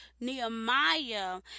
Nehemiah